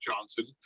Johnson